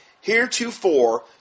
heretofore